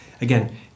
Again